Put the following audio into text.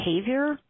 behavior